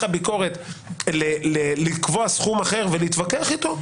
הביקורת לקבוע סכום אחר ולהתווכח איתו?